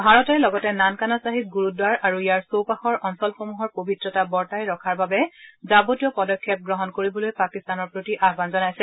ভাৰতে লগতে নানকানা ছাহিব গুৰুদ্বাৰ আৰু ইয়াৰ চৌপাশৰ অঞ্চলসমূহৰ পৱিত্ৰতা বৰ্তাই ৰখাৰ বাবে যাৱতীয় পদক্ষেপ গ্ৰহণ কৰিবলৈ পাকিস্তানৰ প্ৰতি আহান জনাইছে